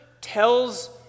tells